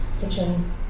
kitchen